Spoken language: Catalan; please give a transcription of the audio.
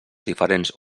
diferents